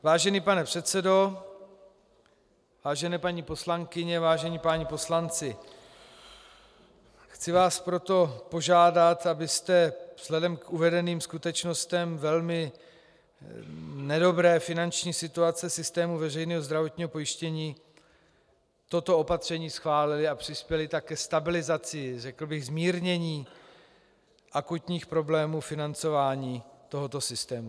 Vážený pane předsedo, vážené paní poslankyně, vážení páni poslanci, chci vás proto požádat, abyste vzhledem k uvedeným skutečnostem velmi nedobré finanční situace systému veřejného zdravotního pojištění toto opatření schválili a přispěli tak ke stabilizaci, řekl bych, zmírnění akutních problémů financování tohoto systému.